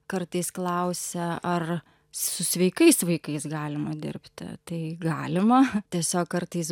kartais klausia ar su sveikais vaikais galima dirbti tai galima tiesiog kartais